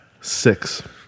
Six